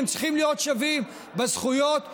הם צריכים להיות שווים בזכויות ובחובות.